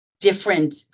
different